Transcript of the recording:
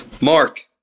Mark